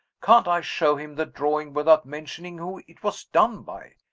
can't i show him the drawing without mentioning who it was done by?